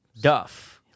Duff